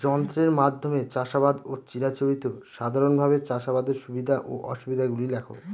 যন্ত্রের মাধ্যমে চাষাবাদ ও চিরাচরিত সাধারণভাবে চাষাবাদের সুবিধা ও অসুবিধা গুলি লেখ?